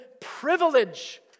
privilege